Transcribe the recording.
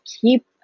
keep